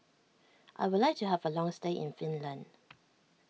I would like to have a long stay in Finland